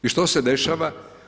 I što se dešava?